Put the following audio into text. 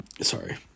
sorry